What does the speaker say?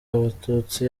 abatutsi